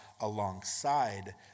alongside